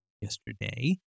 yesterday